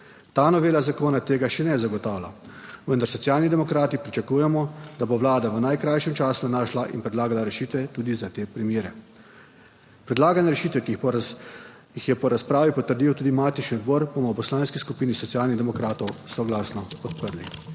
Ta novela zakona tega še ne zagotavlja, vendar Socialni demokrati pričakujemo, da bo Vlada v najkrajšem času našla in predlagala rešitve tudi za te primere. Predlagane rešitve, ki jih je po razpravi potrdil tudi matični odbor, bomo v Poslanski skupini Socialnih demokratov soglasno podprli.